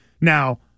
Now